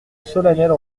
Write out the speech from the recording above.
solennelle